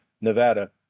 Nevada